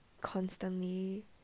constantly